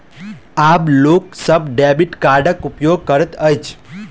आब लोक सभ डेबिट कार्डक उपयोग करैत अछि